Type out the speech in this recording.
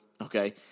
okay